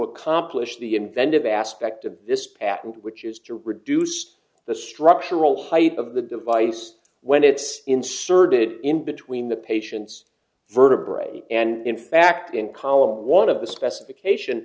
accomplish the inventive aspect of this patent which is to reduce the structural height of the device when it's inserted in between the patient's vertebrae and in fact in column one of the specification